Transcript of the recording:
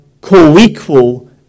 co-equal